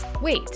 Wait